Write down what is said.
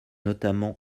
notamment